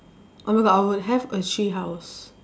oh my god I would have a tree house